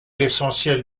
l’essentiel